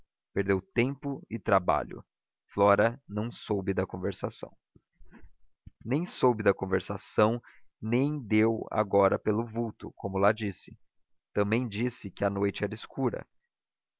perdeu tempo e trabalho flora não soube da conversação nem soube da conversação nem deu agora pelo vulto como lá disse também disse que a noite era escura